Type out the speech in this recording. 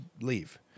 leave